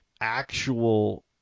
actual